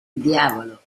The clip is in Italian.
diavolo